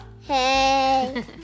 Hey